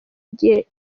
igihe